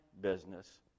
business